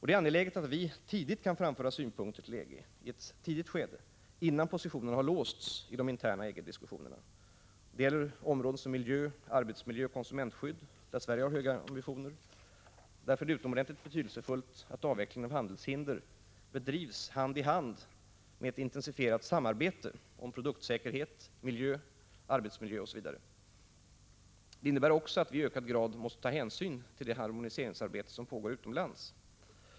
Det är angeläget att vi kan framföra synpunkter till EG i ett tidigt skede, innan positionerna har låsts i de interna EG-diskussionerna. Det gäller områden som miljö, arbetsmiljö och konsumentskydd, där Sverige har höga ambitioner. Därför är det utomordentligt betydelsefullt att avvecklingen av handelshinder bedrivs hand i hand med ett intensifierat samarbete om produktsäkerhet, miljö, arbetsmiljö, osv. Det innebär också att vi i ökad grad måste ta hänsyn till det harmoniseringsarbete som pågår utomlands.